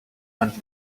went